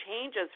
changes